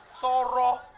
Thorough